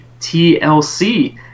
TLC